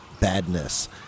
Badness